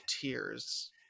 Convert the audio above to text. tears